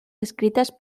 escritas